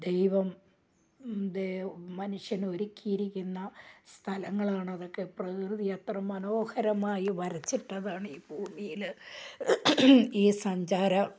ദൈവം ദെ മനുഷ്യന് ഒരുക്കിയിരിക്കുന്ന സ്ഥലങ്ങളാണ് അതൊക്കെ പ്രകൃതി എത്ര മനോഹരമായി വരച്ചിട്ടതാണ് ഈ ഭൂമിയിൽ ഈ സഞ്ചാര